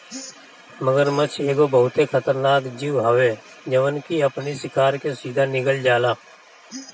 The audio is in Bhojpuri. मगरमच्छ एगो बहुते खतरनाक जीव हवे जवन की अपनी शिकार के सीधा निगल जाला